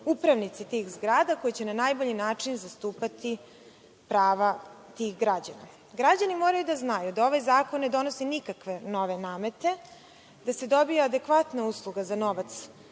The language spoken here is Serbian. upravnici tih zgrada koji će na najbolji način zastupati prava tih građana. Građani moraju da znaju da ovaj zakon ne donosi nikakve nove namete, da se dobija adekvatna usluga za novac